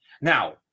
Now